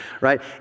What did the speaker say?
right